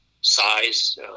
size